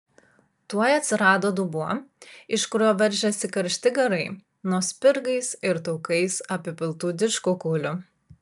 tuoj atsirado dubuo iš kurio veržėsi karšti garai nuo spirgais ir taukais apipiltų didžkukulių